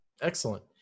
excellent